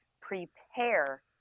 prepare